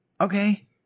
Okay